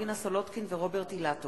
הצעת חוק לשכת עורכי-הדין (תיקון,